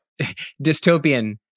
dystopian